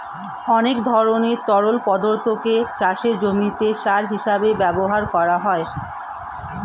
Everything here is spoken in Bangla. অনেক ধরনের তরল পদার্থকে চাষের জমিতে সার হিসেবে ব্যবহার করা যায়